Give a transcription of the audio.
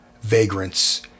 vagrants